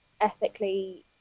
ethically